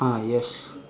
ah yes